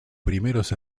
primeros